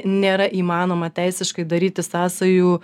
nėra įmanoma teisiškai daryti sąsajų